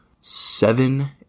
Seven